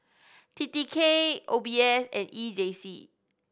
T T K O B S and E J C